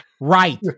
Right